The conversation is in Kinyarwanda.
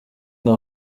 nka